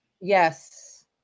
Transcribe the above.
Yes